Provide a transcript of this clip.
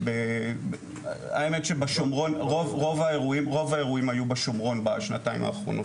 האמת שרוב האירועים היו בשומרון בשנתיים האחרונות.